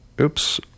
Oops